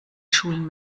schulen